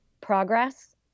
progress